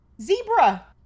Zebra